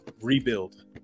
rebuild